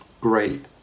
great